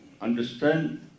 understand